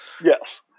Yes